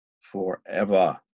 forever